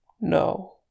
No